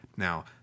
Now